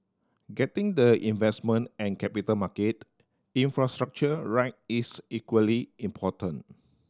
getting the investment and capital market infrastructure right is equally important